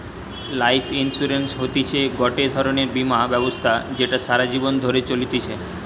life insurance হতিছে গটে ধরণের বীমা ব্যবস্থা যেটা সারা জীবন ধরে চলতিছে